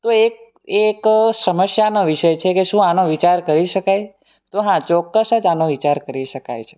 તો એક એ એક સમસ્યા નો વિષય છે કે શું આનો વિચાર કરી શકાય તો હા ચોક્કસ જ આનો વિચાર કરી શકાય છે